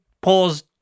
Pause